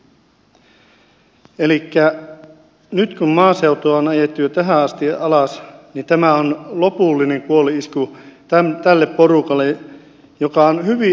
elikkä nyt kun maaseutua on ajettu jo tähän asti alas niin tämä on lopullinen kuolinisku tälle porukalle joka on hyvin ammattitaitoista